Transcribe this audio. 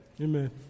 Amen